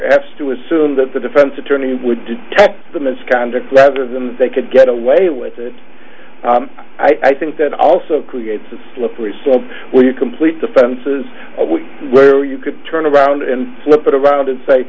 asked to assume that the defense attorney would detect the misconduct rather than they could get away with it i think that also creates a slippery slope where you complete defenses where you could turn around and flip it around and say